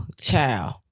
child